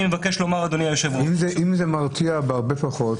אם זה מרתיע אנשים בהרבה פחות